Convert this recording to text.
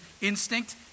instinct